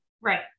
right